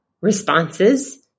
responses